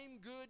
good